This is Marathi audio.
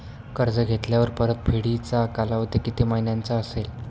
कर्ज घेतल्यावर परतफेडीचा कालावधी किती महिन्यांचा असेल?